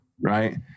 right